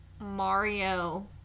Mario